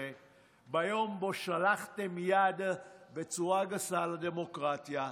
ביום שבו שלחתם יד בצורה גסה בדמוקרטיה,